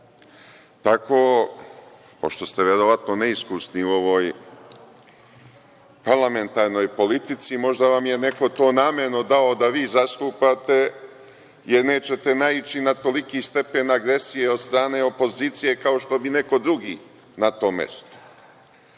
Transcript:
Tako, pošto ste verovatno neiskusni u ovoj parlamentarnoj politici, možda vam je neko to namerno dao da vi zastupate jer nećete naići na toliki stepen agresije od strane opozicije kao što bi neko drugi na tom mestu.